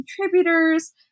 contributors